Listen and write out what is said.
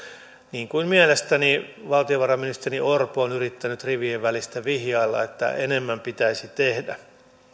niin kuin mielestäni valtiovarainministeri orpo on yrittänyt rivien välistä vihjailla että enemmän pitäisi tehdä